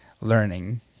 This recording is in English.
learning